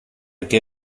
que